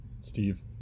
Steve